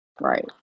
Right